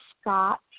Scott